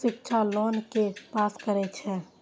शिक्षा लोन के पास करें छै?